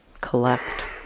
collect